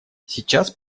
сейчас